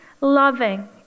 loving